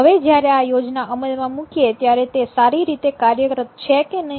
હવે જ્યારે આ યોજના અમલમાં મૂકીએ ત્યારે તે સારી રીતે કાર્યરત છે કે નહીં